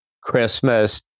Christmas